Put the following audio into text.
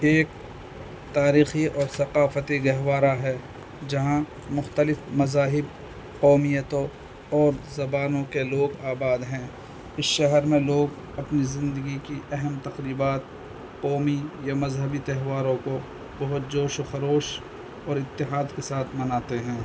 ایک تاریخی اور ثقافتی گہوارہ ہے جہاں مختلف مذاہب قومیتوں اور زبانوں کے لوگ آباد ہیں اس شہر میں لوگ اپنی زندگی کی اہم تقریبات قومی یا مذہبی تہواروں کو بہت جوش و خروش اور اتحاد کے ساتھ مناتے ہیں